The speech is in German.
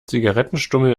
zigarettenstummel